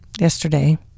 yesterday